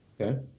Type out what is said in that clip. Okay